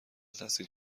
تحصیل